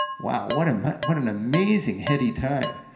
wow, what um what an amazing heady time,